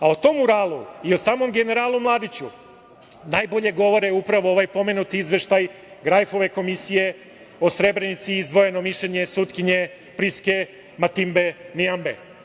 O tom muralu i o samom generalu Mladiću najbolje govore upravo ovaj pomenuti izveštaj Grajfove komisije o Srebrenici, izdvojeno mišljenje sudije Priske Matinbe Nijamnbe.